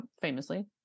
famously